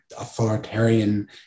authoritarian